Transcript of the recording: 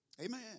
Amen